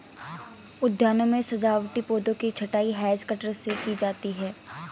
उद्यानों में सजावटी पौधों की छँटाई हैज कटर से की जाती है